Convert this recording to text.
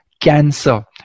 cancer